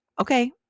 okay